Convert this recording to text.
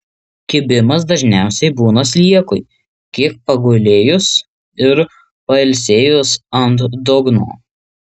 kibimas dažniausiai būna sliekui kiek pagulėjus ir pailsėjus ant dugno